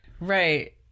Right